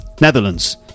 Netherlands